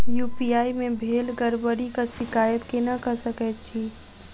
UPI मे भेल गड़बड़ीक शिकायत केना कऽ सकैत छी?